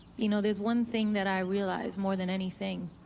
you know, there's one thing that i realize more than anything